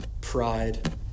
pride